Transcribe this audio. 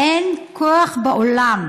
"אין כוח בעולם